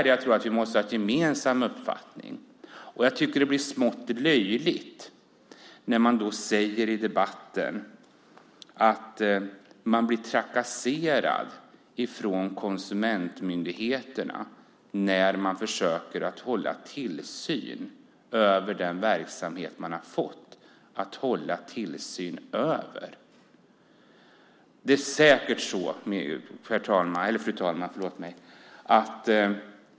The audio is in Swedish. Jag tror att vi måste ha en gemensam uppfattning om detta. Jag tycker att det blir smått löjligt när det sägs i debatten att man blir trakasserad av konsumentmyndigheterna när de försöker utöva tillsyn över den verksamhet de ska utöva tillsyn över. Fru talman!